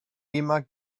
immer